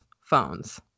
phones